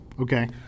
okay